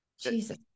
Jesus